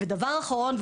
והדבר האחרון,